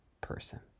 person